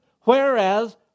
Whereas